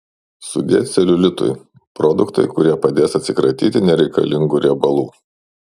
sudie celiulitui produktai kurie padės atsikratyti nereikalingų riebalų